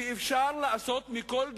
שכל דבר אפשר לעשות פלסתר.